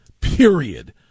period